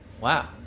wow